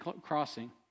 crossing